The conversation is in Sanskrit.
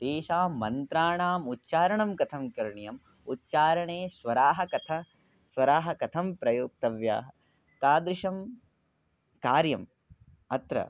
एषां मन्त्राणामुच्चारणं कथं करणीयं उच्चारणे स्वराः कथं स्वराः कथं प्रयोक्तव्याः तादृशं कार्यम् अत्र